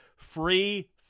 Free